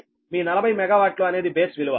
మీ 40 MW అనేది base విలువ